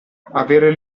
avere